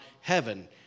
heaven